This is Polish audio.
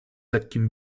lekkim